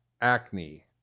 acne